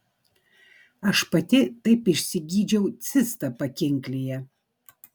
aš pati taip išsigydžiau cistą pakinklyje